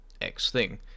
X-Thing